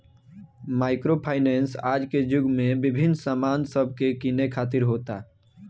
micro finance आज के युग में विभिन्न सामान सब के किने खातिर होता